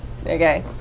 Okay